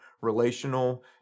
relational